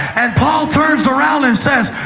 and paul turns around and says,